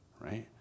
right